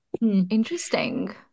interesting